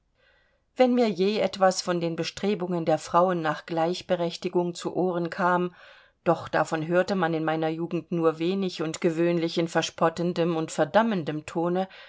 wenn mir je etwas von den bestrebungen der frauen nach gleichberechtigung zu ohren kam doch davon hörte man in meiner jugend nur wenig und gewöhnlich in verspottendem und verdammendem tone